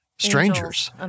Strangers